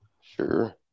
Sure